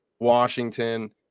Washington